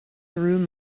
through